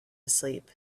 asleep